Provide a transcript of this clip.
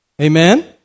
Amen